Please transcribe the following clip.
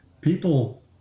People